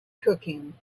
cooking